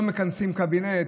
לא מכנסים קבינט,